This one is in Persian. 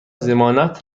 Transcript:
ضمانت